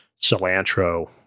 cilantro